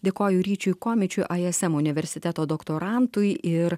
dėkoju ryčiui komičiui ism universiteto doktorantui ir